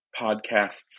podcasts